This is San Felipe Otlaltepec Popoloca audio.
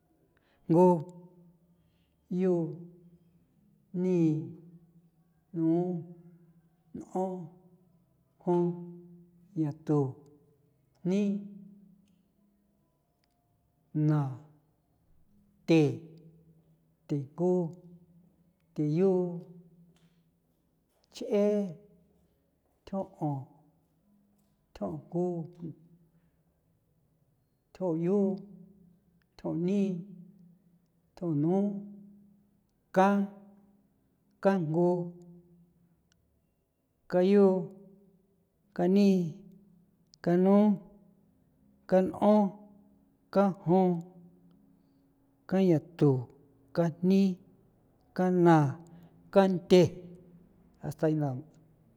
Jngu, yu, ni, nu, n'on, jon, yathu, jni, na, the, thejngu, theyu, ch'e, tjon'on, tjonjngu, tjonyu, tjonni, tjonnu, kan, kanjngu, kanyuu, kanni, kanu, kan'on, kanjon, kanyathu, kanjni, kanna, kanthe. (Hasta ahí nadamás)